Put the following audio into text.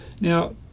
Now